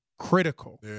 critical